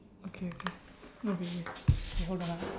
okay okay okay you hold on ah